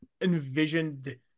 envisioned